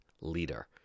leader